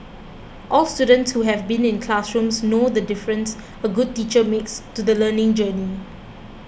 all students who have been in classrooms know the difference a good teacher makes to the learning journey